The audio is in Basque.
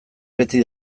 beti